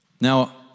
Now